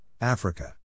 Africa